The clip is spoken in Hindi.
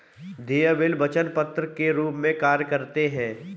देय बिल वचन पत्र के रूप में कार्य करते हैं